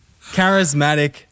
charismatic